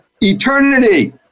eternity